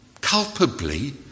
culpably